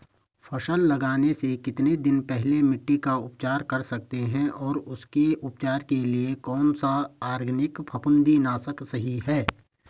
फसल लगाने से कितने दिन पहले मिट्टी का उपचार कर सकते हैं और उसके उपचार के लिए कौन सा ऑर्गैनिक फफूंदी नाशक सही है?